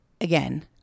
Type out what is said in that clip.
again